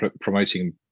promoting